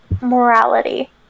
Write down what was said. morality